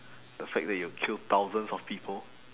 the fact that you'll kill thousands of people